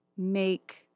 Make